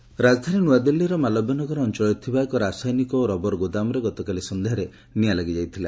Delhi fire ରାଜଧାନୀ ନ୍ତ୍ରଆଦିଲ୍ଲୀର ମାଲବ୍ୟ ନଗର ଅଞ୍ଚଳରେ ଥିବା ଏକ ରାସାୟନିକ ଓ ରବର ଗୋଦାମରେ ଗତକାଲି ସନ୍ଧ୍ୟାରେ ନିଆଁ ଲାଗି ଯାଇଥିଲା